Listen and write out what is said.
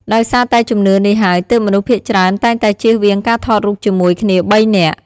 ដោយសារតែជំនឿនេះហើយ ទើបមនុស្សភាគច្រើនតែងតែជៀសវាងការថតរូបជាមួយគ្នាបីនាក់។